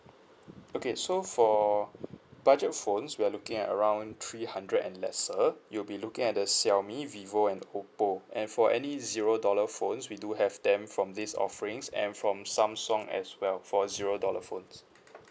okay so for budget phones we are looking at around three hundred and lesser you'll be looking at the xiaomi vivo and oppo and for any zero dollar phones we do have them from this offerings and from samsung as well for zero dollar phones